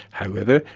however,